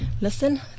listen